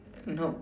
nope